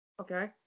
Okay